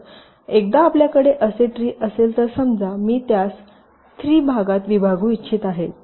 समजा एकदा आपल्याकडे असे एक ट्री असेल तर समजा मी त्यास 3 भागात विभागू इच्छित आहे